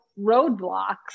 roadblocks